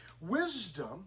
Wisdom